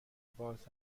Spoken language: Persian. باز